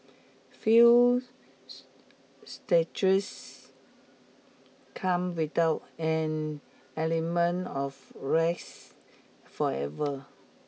few come without an element of risk forever